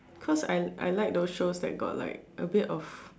cause I I like those shows that got like a bit of